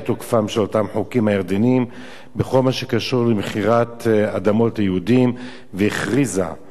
ירדניים בכל מה קשור למכירת אדמות ליהודים והכריזה שמעתה